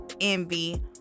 Envy